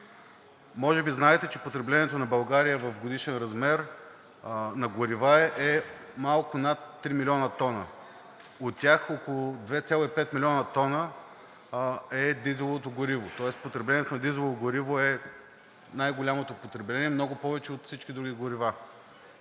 Може би знаете, че потреблението на горива на България в годишен размер е малко над 3 милиона тона. От тях около 2,5 милиона тона е дизеловото гориво, тоест потреблението на дизелово гориво е най-голямото потребление, много повече от всички други горива.